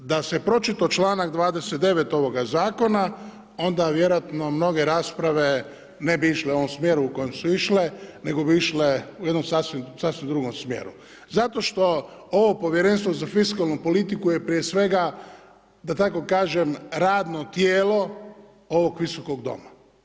Da se pročitao članak 29. ovoga Zakona onda vjerojatno mnoge rasprave ne bi išle u ovom smjeru u kojem su išle, nego bi išle u jednom sasvim drugom smjeru zato što ovo Povjerenstvo za fiskalnu politiku je prije svega da tako kažem radno tijelo ovog Visokog doma.